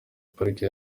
parike